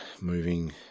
moving